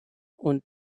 und